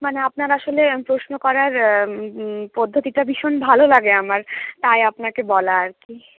মানে আপনার আসলে প্রশ্ন করার পদ্ধতিটা ভীষণ ভালো লাগে আমার তাই আপনাকে বলা আর কি